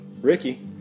Ricky